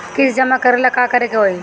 किस्त जमा करे ला का करे के होई?